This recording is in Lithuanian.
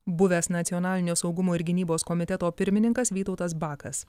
buvęs nacionalinio saugumo ir gynybos komiteto pirmininkas vytautas bakas